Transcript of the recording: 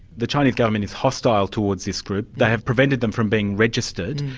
the chinese government is hostile towards this group. they have prevented them from being registered.